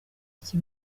iki